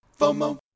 FOMO